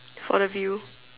for the view